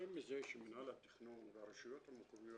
מתרשם מזה שמנהל התכנון והרשויות המקומיות